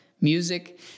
music